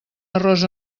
arròs